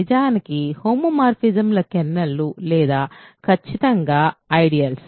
నిజానికి హోమోమోర్ఫిజమ్ల కెర్నలు లేదా ఖచ్చితంగా ఐడియల్స్